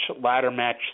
ladder-match